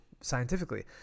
scientifically